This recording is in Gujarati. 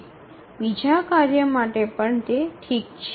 બીજા કાર્ય માટે પણ તે ઠીક છે